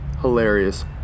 hilarious